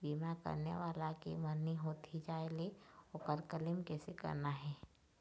बीमा करने वाला के मरनी होथे जाय ले, ओकर क्लेम कैसे करना हे?